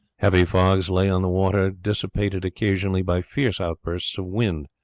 heavy fogs lay on the water, dissipated occasionally by fierce outbursts of wind.